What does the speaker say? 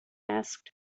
asked